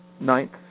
ninth